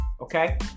okay